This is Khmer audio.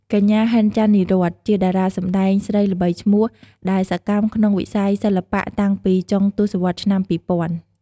កញ្ញា ហិន ចាន់នីរ័ត្ន ជាតារាសម្តែងស្រីល្បីឈ្មោះ ដែលសកម្មក្នុងវិស័យសិល្បៈតាំងពីចុងទសវត្សរ៍ឆ្នាំ ២០០០។